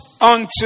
unto